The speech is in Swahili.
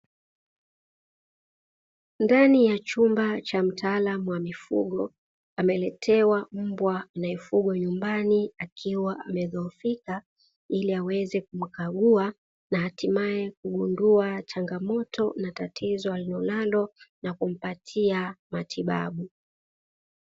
Ndani ya chumba cha mtaalamu wa mifugo, ameletewa mbwa anayefuga nyumbani akiwa amedhoofika ili aweze kumkagua, na hatimaye kugundua changamoto na tatizo alilonalo na kumpatia matibabu.